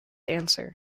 answer